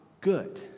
Good